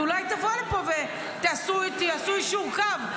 אולי תבוא לפה ותעשו יישור קו,